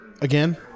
again